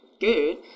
good